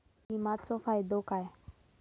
विमाचो फायदो काय?